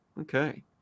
Okay